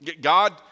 God